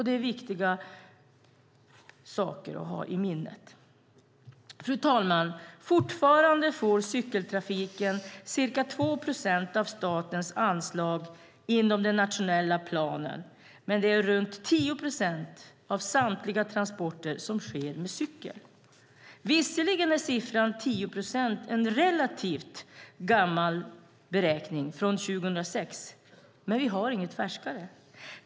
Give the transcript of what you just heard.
Det är viktigt att ha i minnet. Fru talman! Fortfarande får cykeltrafiken ca 2 procent av statens anslag inom den nationella planen, men det är runt 10 procent av samtliga transporter som sker med cykel. Visserligen är siffran 10 procent en relativt gammal beräkning från 2006, men vi har inget färskare.